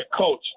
coach